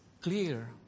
clear